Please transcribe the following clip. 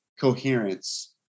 coherence